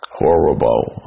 horrible